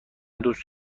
دوست